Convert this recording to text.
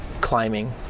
climbing